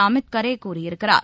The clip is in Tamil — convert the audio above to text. அமித் கரே கூறியிருக்கிறார்